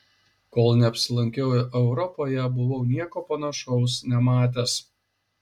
kol neapsilankiau europoje buvau nieko panašaus nematęs